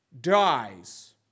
dies